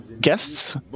guests